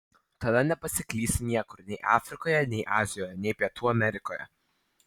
tada nepasiklysi niekur nei afrikoje nei azijoje nei pietų amerikoje